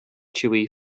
chewy